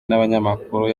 n’abanyamakuru